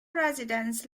residence